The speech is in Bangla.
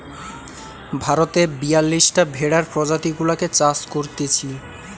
ভারতে বিয়াল্লিশটা ভেড়ার প্রজাতি গুলাকে চাষ করতিছে